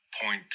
Point